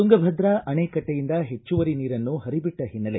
ತುಂಗಭದ್ರಾ ಅಣೆಕಟ್ಟೆಯಿಂದ ಹೆಚ್ಚುವರಿ ನೀರನ್ನು ಹರಿಯಬಿಟ್ಟ ಹಿನ್ನೆಲೆ